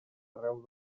arreu